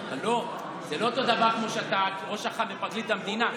זה לא אותו דבר כמו שאתה ראש אח"ם ופרקליט המדינה.